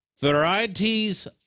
varieties